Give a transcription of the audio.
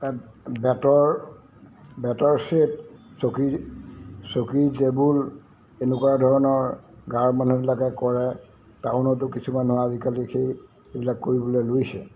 এই বেটৰ বেটৰ ছেট চকী চকী টেবুল এনেকুৱা ধৰণৰ গাঁৱৰ মানুহবিলাকে কৰে টাউনতো কিছুমান মানুহ আজিকালি সেই এইবিলাক কৰিবলৈ লৈছে